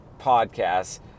podcasts